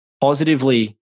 positively